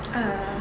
ah